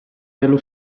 dello